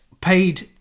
paid